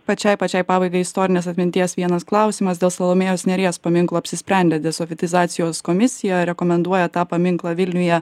pačiai pačiai pabaigai istorinės atminties vienas klausimas dėl salomėjos nėries paminklo apsisprendė desovietizacijos komisija rekomenduoja tą paminklą vilniuje